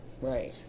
right